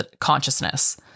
consciousness